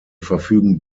verfügen